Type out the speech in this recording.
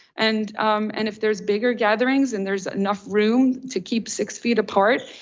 and and if there's bigger gatherings, and there's enough room to keep six feet apart,